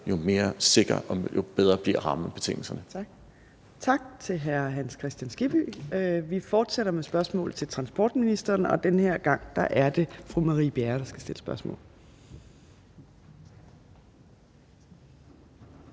13:42 Fjerde næstformand (Trine Torp): Tak til hr. Hans Kristian Skibby. Vi fortsætter med spørgsmål til transportministeren, og den her gang er det fru Marie Bjerre, der skal stille spørgsmål.